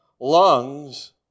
lungs